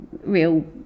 real